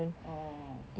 oh